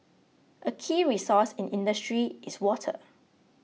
a key resource in industry is water